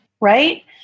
Right